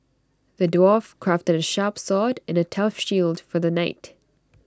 the dwarf crafted A sharp sword and A tough shield for the knight